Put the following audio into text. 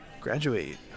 graduate